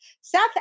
South